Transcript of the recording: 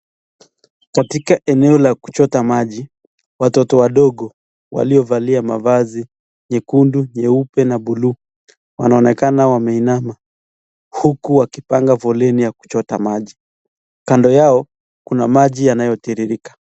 Katika eneo la kuchota maji watoto wadogo walio valia mavazi nyekundu nyeupe na buluu wanaonekana wanainama huku wakichota maji kando yao kuna maji yanayotiririka.